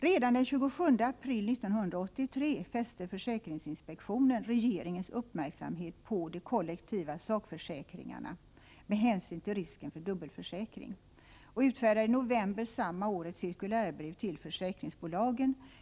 Redan den 27 april 1983 fäste försäkringsinspektionen regeringens uppmärksamhet på de kollektiva sakförsäkringarna, med hänsyn till risken för dubbelförsäkring, och utfärdade i november samma år ett cirkulärbrev till försäkringsbolagen.